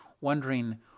wondering